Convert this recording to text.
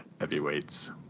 Heavyweights